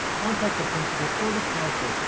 contact the principal or the counselor.